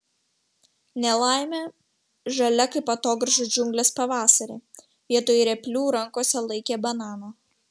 nelaimė žalia kaip atogrąžų džiunglės pavasarį vietoj replių rankose laikė bananą